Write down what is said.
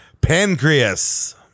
Pancreas